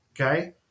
Okay